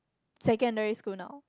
secondary school now